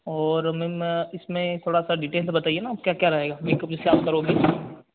और मैम इसमें थोड़ा सा डिटेल्स बताइए ना क्या क्या रहेगा मेकअप जिससे आप करोगे